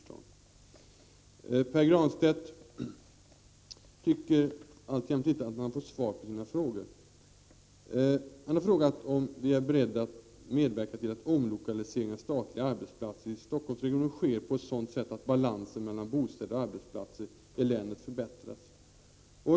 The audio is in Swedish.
EE DARE ATS Pär Granstedt tycker alltjämt inte att han har fått svar på sina frågor. Han har frågat om vi är beredda att medverka till att omlokaliseringen av statliga arbetsplatser i Stockholmsregionen sker på ett sådant sätt att balansen mellan bostäder och arbetsplatser i länet förbättras.